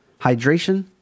hydration